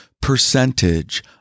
percentage